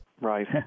Right